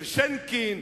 של שינקין,